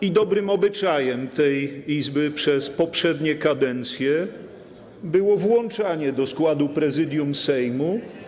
i dobrym obyczajem tej Izby w poprzednich kadencjach było włączanie do składu Prezydium Sejmu.